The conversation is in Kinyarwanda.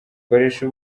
koresha